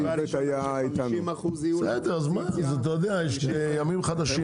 ש-50% יהיו לאופוזיציה ו-50% לקואליציה.